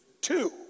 Two